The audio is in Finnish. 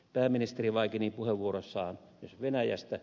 pääministeri vaikeni puheenvuorossaan myös venäjästä